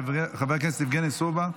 חבר הכנסת יבגני סובה,